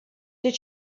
did